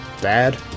dad